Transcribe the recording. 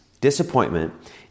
Disappointment